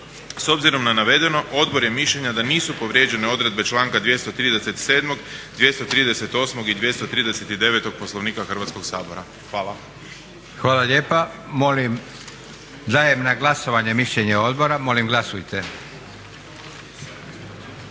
S obzirom na navedeno odbor je mišljenja da nisu povrijeđene odredbe članka 237., 238. i 239. Poslovnika Hrvatskog sabora. Hvala. **Leko, Josip (SDP)** Hvala lijepa. Molim, dajem na glasovanje mišljenje odbora, molim glasujte. Hvala